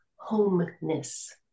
Homeness